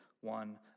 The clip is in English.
one